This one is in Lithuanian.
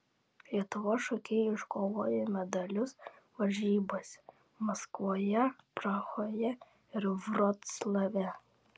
lietuvos šokėjai iškovojo medalius varžybose maskvoje prahoje ir vroclave